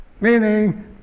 meaning